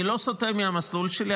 אני לא סוטה מהמסלול שלי,